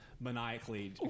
maniacally